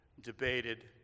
debated